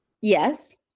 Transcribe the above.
Yes